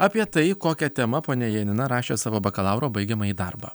apie tai kokia tema ponia janina rašė savo bakalauro baigiamąjį darbą